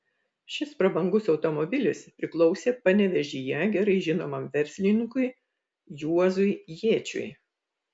šis prabangus automobilis priklausė panevėžyje gerai žinomam verslininkui juozui jėčiui